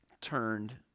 turned